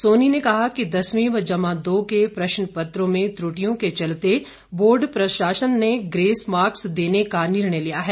सोनी ने कहा कि दसवीं व जमा दो के प्रश्नपत्रों में त्रुटियों के चलते बोर्ड प्रशासन ने ग्रेस मार्क्स देने का निर्णय लिया है